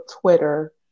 twitter